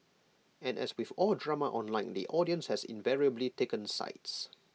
and as with all drama online the audience has invariably taken sides